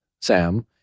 Sam